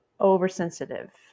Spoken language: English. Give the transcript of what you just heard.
oversensitive